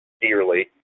dearly